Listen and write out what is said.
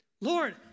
Lord